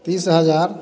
तीस हज़ार